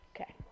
Okay